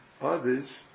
others